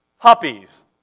puppies